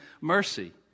mercy